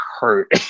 hurt